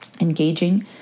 engaging